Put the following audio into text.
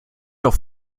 doch